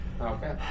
Okay